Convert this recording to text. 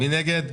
מי נגד?